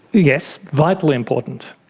yes, vitally important.